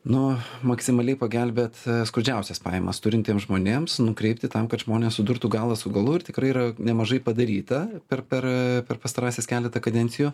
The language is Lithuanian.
nu maksimaliai pagelbėt skurdžiausias pajamas turintiem žmonėms nukreipti tam kad žmonės sudurtų galą su galu ir tikrai yra nemažai padaryta per per per pastarąsias keletą kadencijų